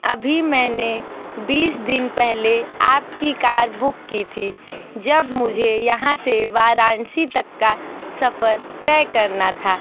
अभी मैंने बीस दिन पहले आपकी कार बुक की थी जब मुझे यहाँ से वाराणसी तक का सफ़र तय करना था